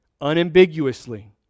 unambiguously